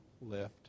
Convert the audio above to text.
lift